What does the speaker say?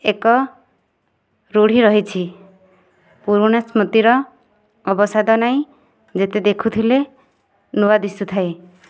ଏକ ରୂଢ଼ି ରହିଛି ପୁରୁଣା ସ୍ମୃତି ର ଅବସାଦ ନାହିଁ ଯେତେ ଦେଖୁଥିଲେ ନୂଆ ଦିଶୁଥାଇ